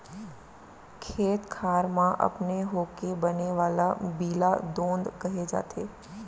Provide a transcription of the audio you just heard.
खेत खार म अपने होके बने वाला बीला दोंद कहे जाथे